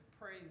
pray